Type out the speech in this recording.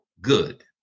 good